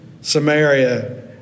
Samaria